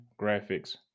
graphics